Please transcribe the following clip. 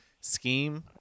scheme